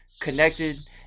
connected